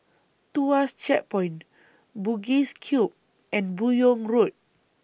Tuas Checkpoint Bugis Cube and Buyong Road